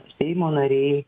seimo nariai